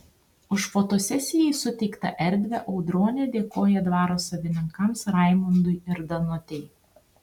už fotosesijai suteiktą erdvę audronė dėkoja dvaro savininkams raimundui ir danutei